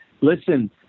listen